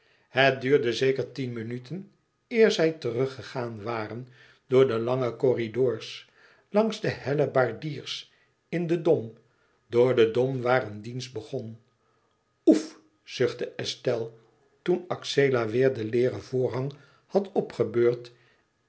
het duurde zeker tien minuten eer zij teruggegaan waren door de lange corridors langs de hellebaardiers in den dom door den dom waar een dienst begon oef zuchtte estelle toen axela weêr den leêren voorhang had opgebeurd